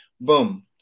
boom